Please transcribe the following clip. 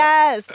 Yes